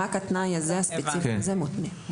רק התנאי הספציפי הזה מותנה.